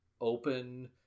open